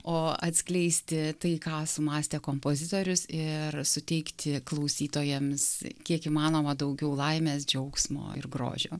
o atskleisti tai ką sumąstė kompozitorius ir suteikti klausytojams kiek įmanoma daugiau laimės džiaugsmo ir grožio